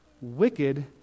wicked